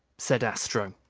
said astro.